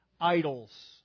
idols